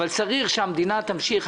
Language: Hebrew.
אבל צריך שהמדינה תמשיך.